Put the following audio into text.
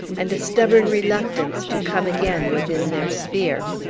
and a stubborn reluctance to come again within their sphere.